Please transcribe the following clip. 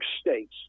states